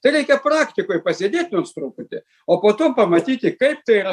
tai reikia praktikoj pasėdėt nors truputį o po to pamatyti kaip tai yra